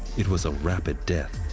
it was a rapid death.